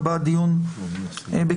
ייקבע דיון בקרוב.